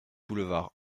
boulevard